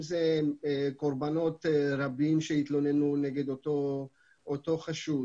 אם אלה קורבנות רבים שהתלוננו נגד אותו חשוד